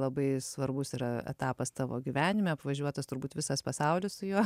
labai svarbus yra etapas tavo gyvenime apvažiuotas turbūt visas pasaulis su juo